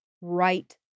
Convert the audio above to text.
right